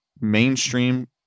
mainstream